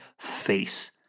face